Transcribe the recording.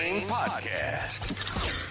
Podcast